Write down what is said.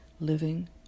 living